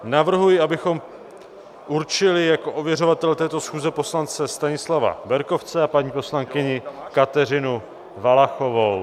Navrhuji, abychom určili jako ověřovatele této schůze poslance Stanislava Berkovce a paní poslankyni Kateřinu Valachovou.